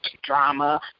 drama